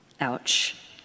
Ouch